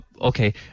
okay